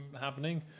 happening